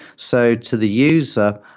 so to the user,